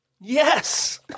Yes